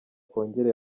kongere